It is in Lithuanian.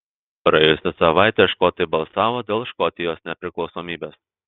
praėjusią savaitę škotai balsavo dėl škotijos nepriklausomybės